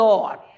Lord